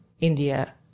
India